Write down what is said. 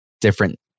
different